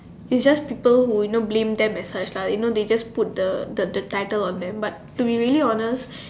it's just people who you know blame them it's like it's like you know they just put the the the title on them but to be really honest